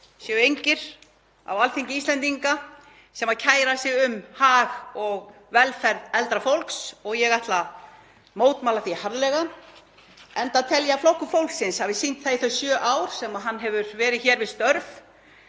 séu engir á Alþingi Íslendinga sem kæri sig um hag og velferð eldra fólks. Ég ætla að mótmæla því harðlega, enda tel ég að Flokkur fólksins hafi sýnt það í þau sjö ár sem hann hefur verið hér við störf